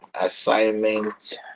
assignment